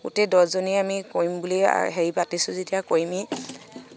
গোটেই দহজনীয়ে আমি কৰিম বুলি হেৰি পাতিছো যেতিয়া কৰিমে